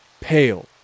pale